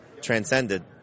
transcended